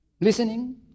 listening